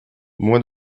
moins